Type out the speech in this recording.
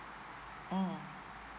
um